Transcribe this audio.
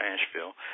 Asheville